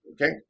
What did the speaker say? Okay